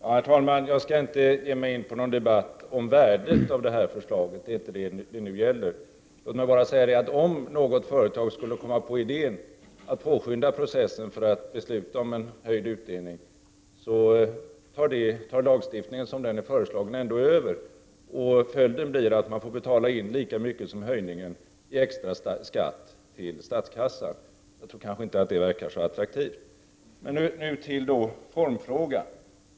Herr talman! Jag skall inte ge mig in på någon debatt om värdet av detta förslag, det är inte det diskussionen nu gäller. Låt mig bara säga att om något företag skulle komma på idén att påskynda processen för att besluta om en höjd utdelning så tar ändå lagen, såsom den är föreslagen, över. Följden blir att man får betala in lika mycket som höjningen i extraskatt till statskassan. Jag tror inte att det är särskilt attraktivt. Det gäller nu formfrågan.